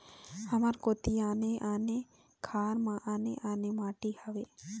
हमर कोती आने आने खार म आने आने माटी हावे?